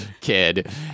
Kid